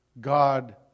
God